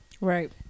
right